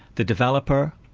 the developer,